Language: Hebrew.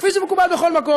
כפי שזה מקובל בכל מקום,